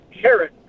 Carrot